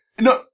No